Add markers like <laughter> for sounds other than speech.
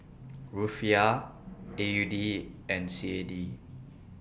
<noise> Rufiyaa <noise> A U D and C A D